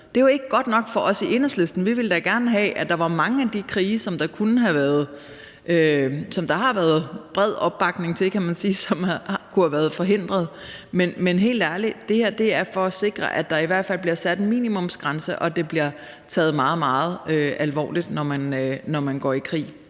Det er jo ikke godt nok for os i Enhedslisten. Vi ville da gerne have, at der var mange af de krige, som der har været bred opbakning til, kan man sige, som kunne have været forhindret. Men helt ærligt: Det her er for at sikre, at der i hvert fald bliver sat en minimumsgrænse, og at det bliver taget meget, meget alvorligt, når man går i krig.